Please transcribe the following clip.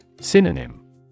Synonym